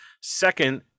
Second